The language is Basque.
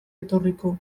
etorriko